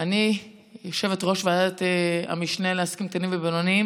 אני יושבת-ראש ועדת המשנה לעסקים קטנים ובינוניים